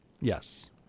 Yes